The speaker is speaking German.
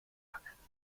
eingefangen